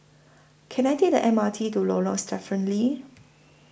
Can I Take The M R T to Lorong Stephen Lee